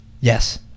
Yes